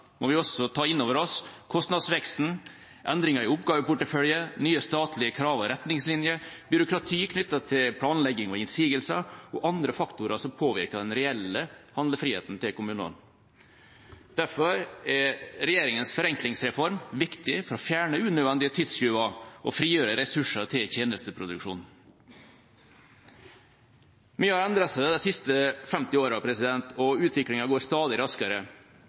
må vi også ta inn over oss kostnadsveksten, endringer i oppgaveportefølje, nye statlige krav og retningslinjer, byråkrati knyttet til planlegging og innsigelser og andre faktorer som påvirker den reelle handlefriheten til kommunene. Derfor er regjeringas forenklingsreform viktig for å fjerne unødvendige tidstyver og frigjøre ressurser til tjenesteproduksjon. Mye har endret seg de siste 50 årene, og utviklingen går stadig raskere.